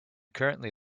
currently